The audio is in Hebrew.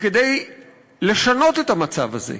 וכדי לשנות את המצב הזה,